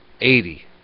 eighty